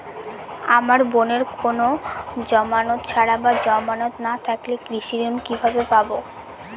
আমার বোনের কোন জামানত ছাড়া বা জামানত না থাকলে কৃষি ঋণ কিভাবে পাবে?